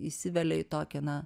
įsivelia į tokią na